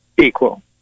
equal